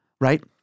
right